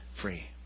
free